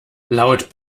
laut